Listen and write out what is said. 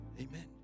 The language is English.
amen